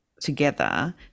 together